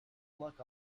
luck